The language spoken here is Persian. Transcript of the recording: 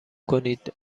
کنید